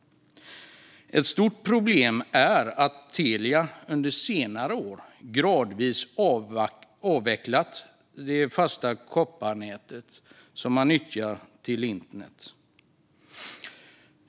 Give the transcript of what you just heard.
Ett stort problem är att Telia under senare år gradvis har avvecklat det fasta kopparnätet som man nyttjar till internet.